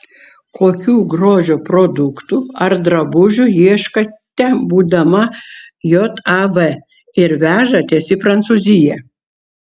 kokių grožio produktų ar drabužių ieškote būdama jav ir vežatės į prancūziją